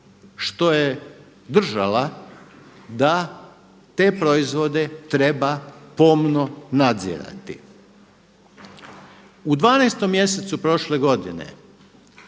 što je držala da te proizvode treba pomno nadzirati. U 12. mjesecu prošle godine